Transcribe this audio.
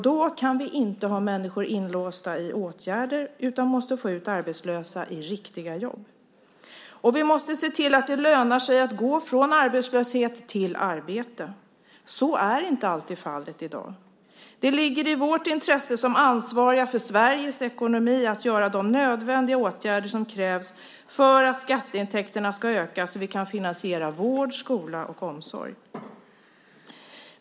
Då kan vi inte ha människor inlåsta i åtgärder, utan vi måste få ut arbetslösa i riktiga jobb, och vi måste se till att det lönar sig att gå från arbetslöshet till arbete. Så är inte alltid fallet i dag. Det ligger i vårt intresse som ansvariga för Sveriges ekonomi att göra de nödvändiga åtgärder som krävs för att skatteintäkterna ska öka så att vi kan finansiera vård, skola och omsorg.